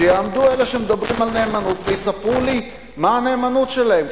שיעמדו אלה שמדברים על נאמנות ויספרו לי מה הנאמנות שלהם.